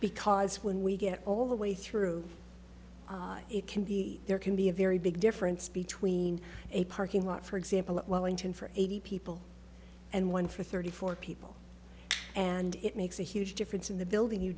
because when we get all the way through it can be there can be a very big difference between a parking lot for example wellington for eighty people and one for thirty four people and it makes a huge difference in the building you